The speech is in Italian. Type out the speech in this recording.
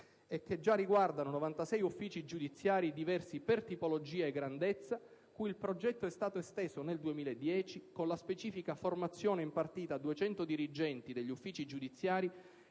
e che già riguardano 96 uffici giudiziari, diversi per tipologia e grandezza, cui il progetto è stato esteso nel 2010 con la specifica formazione impartita a 200 dirigenti degli uffici giudiziari